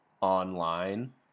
online